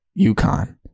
UConn